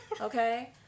Okay